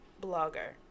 blogger